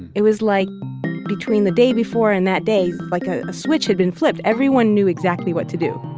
it was like between the day before and that day, like ah a switch had been flipped. everyone knew exactly what to do.